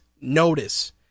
notice